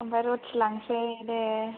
ओमफ्राय रुथि लांसै दे